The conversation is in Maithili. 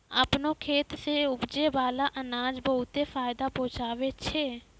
आपनो खेत सें उपजै बाला अनाज बहुते फायदा पहुँचावै छै